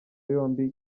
yombi